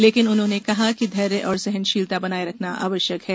लेकिन उन्होंने कहा कि धैर्य और सहनशीलता बनाए रखना आवश्यक है